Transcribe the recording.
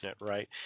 right